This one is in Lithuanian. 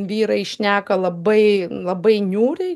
vyrai šneka labai labai niūriai